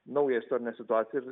naują istorinę situaciją ir